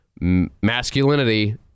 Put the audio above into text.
masculinity